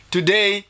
Today